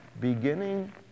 beginning